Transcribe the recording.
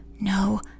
no